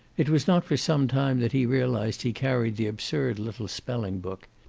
it was not for some time that he realized he carried the absurd little spelling-book.